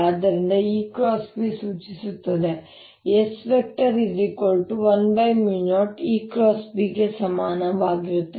ಆದ್ದರಿಂದ EB ಸೂಚಿಸುತ್ತಿದೆ ಇದು S10EB ಗೆ ಸಮನಾಗಿರುತ್ತದೆ